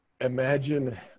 Imagine